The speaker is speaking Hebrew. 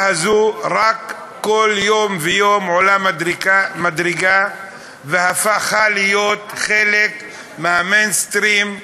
כל יום ויום רק עולות מדרגה והופכות להיות חלק מה"מיינסטרים"